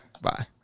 Bye